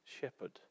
shepherd